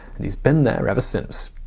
and he's been there ever since.